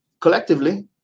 Collectively